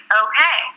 okay